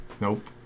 Nope